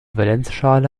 valenzschale